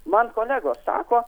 man kolegos sako